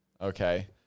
Okay